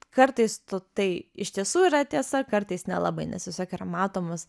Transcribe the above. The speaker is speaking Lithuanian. kartais tu tai iš tiesų yra tiesa kartais nelabai nes tiesiog yra matomas